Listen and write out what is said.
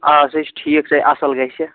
آ سَے چھِ ٹھیٖک سَے اصٕل گَژھہِ